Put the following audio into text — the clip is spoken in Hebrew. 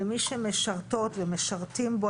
ומי שמשרתות ומשרתים בו,